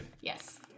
yes